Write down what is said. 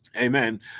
Amen